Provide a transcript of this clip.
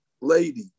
lady